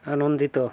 ଆନନ୍ଦିତ